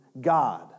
God